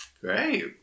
Great